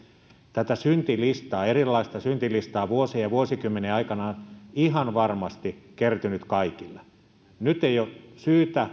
tätä syntilistaa erilaista syntilistaa vuosien ja vuosikymmenien aikana on ihan varmasti kertynyt kaikille nyt ei ole syytä